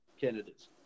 candidates